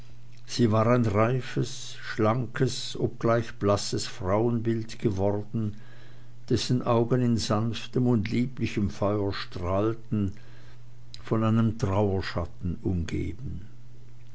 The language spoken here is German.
sie war ein reifes schlankes obgleich blasses frauenbild geworden dessen augen in sanftem und lieblichem feuer strahlten von einem trauerschatten umgeben